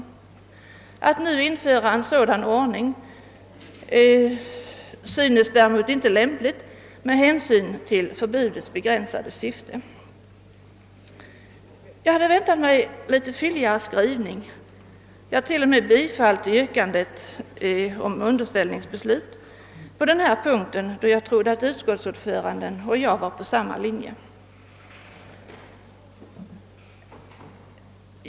Vidare skriver utskottet: »Att nu införa en sådan ordning synes däremot icke lämpligt med hänsyn till förbudets begränsade syfte.» Jag hade väntat mig en något fylligare skrivning, ja t.o.m. bifall till yrkandet om underställningsbeslut, då jag trodde att utskottsordföranden och jag var på samma linje.